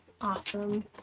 awesome